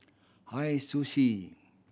Hi Sushi